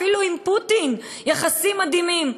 אפילו עם פוטין יחסים מדהימים,